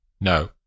No